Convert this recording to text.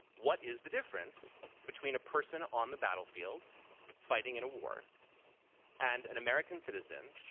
what is the difference between a person on the battlefield fighting in a war and an american citizen,